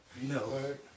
No